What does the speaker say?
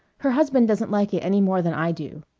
her husband doesn't like it any more than i do!